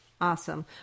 Awesome